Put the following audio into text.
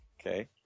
Okay